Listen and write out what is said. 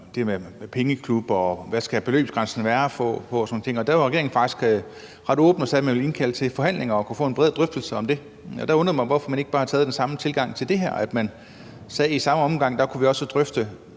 være på og sådan nogle ting. Og der var regeringen faktisk ret åben og sagde, at man ville indkalde til forhandlinger for at kunne få en bred drøftelse om det. Og der undrer det mig, at man ikke bare har den samme tilgang til det her, altså at man i samme omgang kunne drøfte,